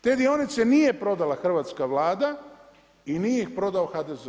Te dionice nije prodala hrvatska Vlada i nije ih prodao HDZ.